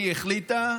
היא החליטה,